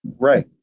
right